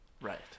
right